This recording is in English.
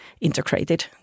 integrated